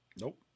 Nope